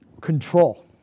Control